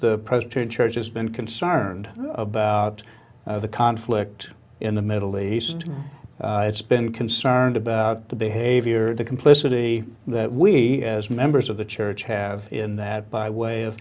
the presenter church has been concerned about the conflict in the middle east it's been concerned about the behavior of the complicity that we as members of the church have in that by way of